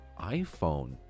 iPhone